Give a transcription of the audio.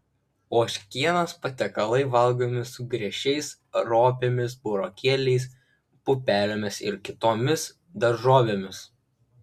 ožkienos patiekalai valgomi su griežčiais ropėmis burokėliais pupelėmis ir kitomis daržovėmis